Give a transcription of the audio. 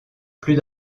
plus